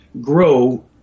grow